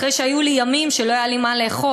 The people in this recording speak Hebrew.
אחרי שהיו לי ימים שלא היה לי מה לאכול.